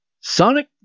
Sonic